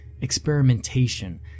experimentation